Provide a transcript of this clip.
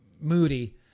Moody